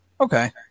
Okay